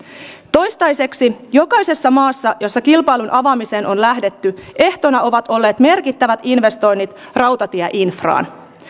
toistaiseksi jokaisessa maassa jossa kilpailun avaamiseen on lähdetty ehtona ovat olleet merkittävät investoinnit rautatieinfraan